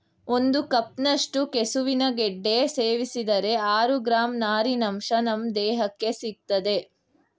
ಒಂದು ಕಪ್ನಷ್ಟು ಕೆಸುವಿನ ಗೆಡ್ಡೆ ಸೇವಿಸಿದರೆ ಆರು ಗ್ರಾಂ ನಾರಿನಂಶ ನಮ್ ದೇಹಕ್ಕೆ ಸಿಗ್ತದೆ